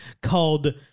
called